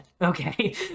Okay